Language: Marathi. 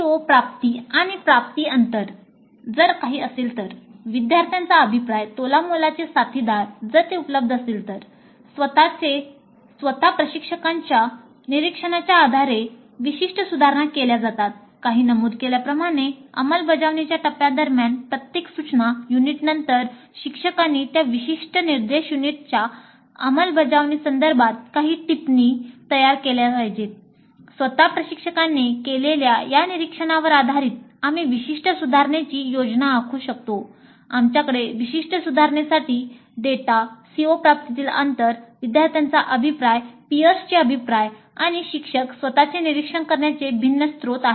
CO प्राप्ती आणि प्राप्ती अंतर अभिप्राय आणि शिक्षक स्वत चे निरीक्षण करण्याचे भिन्न स्त्रोत आहेत